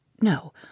No